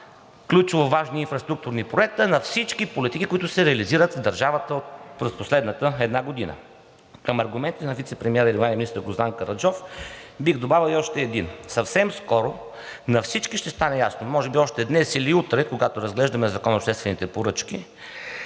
ключово важни инфраструктурни проекта, а на всички политики, които се реализират в държавата през последната една година. Към аргументите на вицепремиера и регионален министър Гроздан Караджов бих добавил и още един. Съвсем скоро на всички ще стане ясно, може би още днес или утре, когато разглеждаме Закона за обществените поръчки,